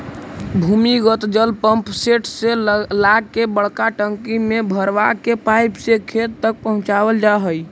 भूमिगत जल पम्पसेट से ला के बड़का टंकी में भरवा के पाइप से खेत तक पहुचवल जा हई